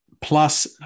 plus